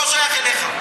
לא שייך אליך.